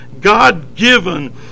God-given